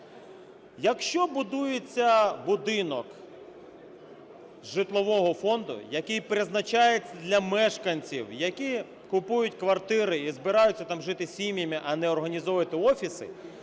Якщо будується будинок житлового фонду, який призначають для мешканців, який купують квартири і збираються жити там сім'ями, а не організовувати офіси,